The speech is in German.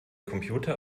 computer